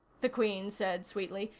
the queen said sweetly.